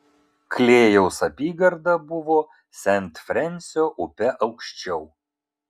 klėjaus apygarda buvo sent frensio upe aukščiau